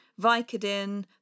Vicodin